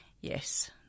Yes